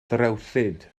ddrewllyd